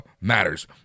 matters